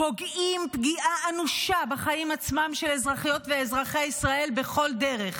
פוגעים פגיעה אנושה בחיים עצמם של אזרחיות ואזרחי ישראל בכל דרך.